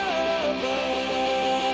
over